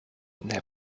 their